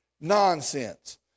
nonsense